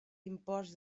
imports